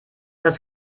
das